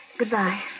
Goodbye